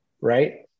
right